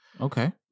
Okay